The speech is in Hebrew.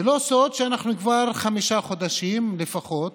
זה לא סוד שאנחנו כבר חמישה חודשים לפחות